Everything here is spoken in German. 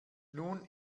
nun